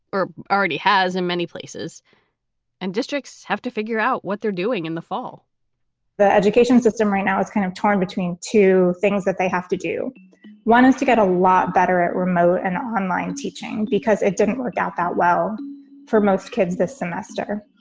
already has in many places and districts have to figure out what they're doing in the fall the education system right now is kind of torn between two things that they have to do one is to get a lot better at remote and online teaching because it didn't work out that well for most kids this semester.